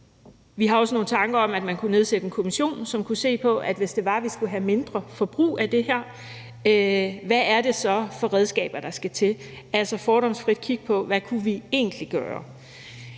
Vi har også nogle tanker om, at man kunne nedsætte en kommission, som kunne se på, at hvis det var, at vi skulle have et mindre forbrug af det her, hvad er det så for redskaber, der skal til? Altså at man fordomsfrit kigger på, hvad vi egentlig kunne